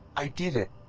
i did it!